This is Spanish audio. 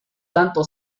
tanto